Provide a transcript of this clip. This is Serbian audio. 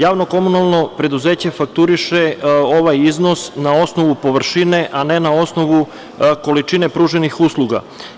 Javno-komunalno preduzeće fakturiše ovaj iznos na osnovu površine, a ne na osnovu količine pruženih usluga.